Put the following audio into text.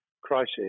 Crisis